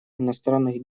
иностранных